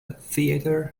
theater